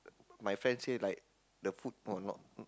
my friend say like the food not not